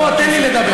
בוא, תן לי לדבר.